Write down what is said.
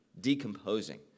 decomposing